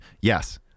Yes